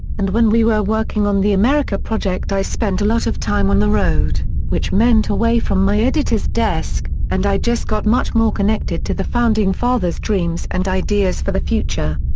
and when we were working on the america project i spent a lot of time on the road, which meant away from my editor's desk, and i just got much more connected to the founding fathers' dreams and ideas for the future.